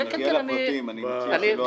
נגיע לפרטים, אני מציע שלא עכשיו.